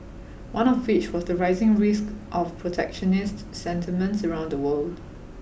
one of which was the rising risk of protectionist sentiments around the world